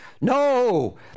No